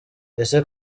ese